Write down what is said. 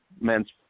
men's